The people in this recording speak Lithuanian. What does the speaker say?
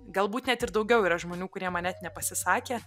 galbūt net ir daugiau yra žmonių kurie man net nepasisakė